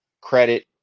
credit